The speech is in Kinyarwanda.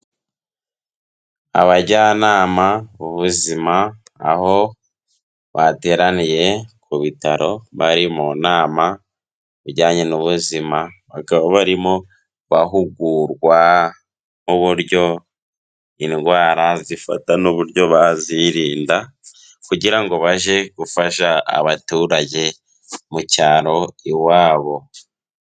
Abajyanama b'ubuzima, aho bateraniye ku bitaro bari mu nama, ku bijyanye n'ubuzima, bakaba barimo bahugurwa n'uburyo indwara zifata n'uburyo bazirinda kugira ngo bajye gufasha abaturage mu cyaro iwabo.